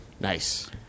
Nice